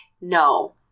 no